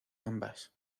ambas